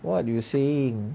what you saying